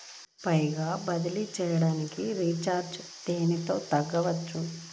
పైకం బదిలీ చెయ్యటానికి చార్జీ దేనిలో తక్కువ?